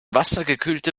wassergekühlte